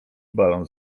balon